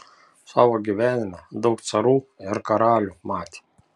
savo gyvenime daug carų ir karalių matė